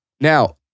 Now